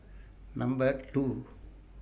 Number two